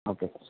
okay sir